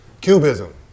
Cubism